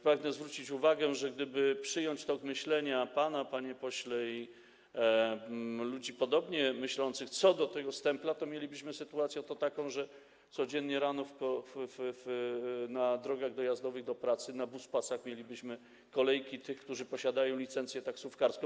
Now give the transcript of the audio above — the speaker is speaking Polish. Pragnę zwrócić uwagę, że gdyby przyjąć tok myślenia pana, panie pośle, i ludzi podobnie myślących co do tego stempla, to mielibyśmy oto taką sytuację, że codziennie rano na drogach dojazdowych do pracy, na buspasach mielibyśmy kolejki tych, którzy posiadają licencję taksówkarską.